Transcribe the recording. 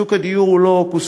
שוק הדיור הוא לא הוקוס-פוקוס.